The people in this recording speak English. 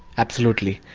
absolutely,